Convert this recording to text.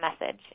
message